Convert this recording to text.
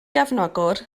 gefnogwr